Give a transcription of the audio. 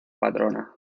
patrona